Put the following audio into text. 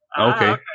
Okay